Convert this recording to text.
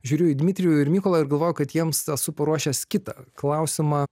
žiūriu į dmitrijų ir mykolą ir galvoju kad jiems esu paruošęs kitą klausimą